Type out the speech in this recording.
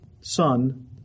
son